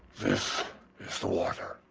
this is the water,